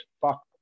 Fuck